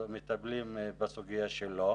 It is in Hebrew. ומטפלים בסוגיה שלו.